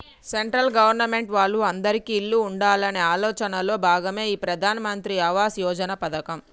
central government వాళ్ళు అందిరికీ ఇల్లు ఉండాలనే ఆలోచనలో భాగమే ఈ ప్రధాన్ మంత్రి ఆవాస్ యోజన పథకం